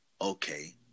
okay